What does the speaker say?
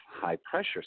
high-pressure